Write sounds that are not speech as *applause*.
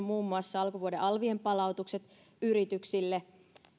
*unintelligible* muun muassa alkuvuoden alvien palautukset yrityksille